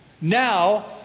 now